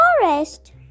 forest